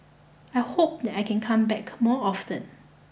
I hope that I can come back more often